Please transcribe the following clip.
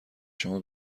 شما